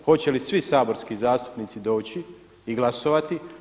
Hoće li svi saborski zastupnici doći i glasovati?